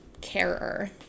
carer